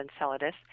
Enceladus